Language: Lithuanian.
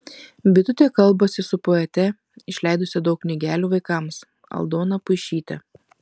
bitutė kalbasi su poete išleidusia daug knygelių vaikams aldona puišyte